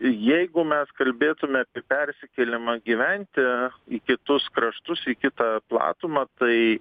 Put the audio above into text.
jeigu mes kalbėtume apie persikėlimą gyventi į kitus kraštus į kitą platumą tai